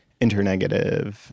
internegative